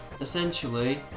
essentially